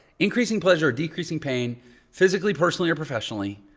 increasing pleasure or decreasing pain physically, personally, or professionally,